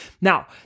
Now